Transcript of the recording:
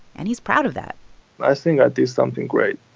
and he's proud of that i think i did something great.